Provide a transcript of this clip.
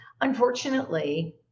unfortunately